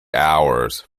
hours